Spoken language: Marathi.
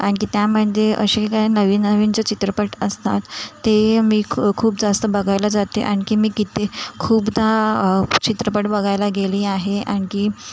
आणखी त्यामध्ये असे काही नवीन नवीन जे चित्रपट असतात ते मी खूप जास्त बघायला जाते आणखी मी किती खूपदा चित्रपट बघायला गेले आहे आणखी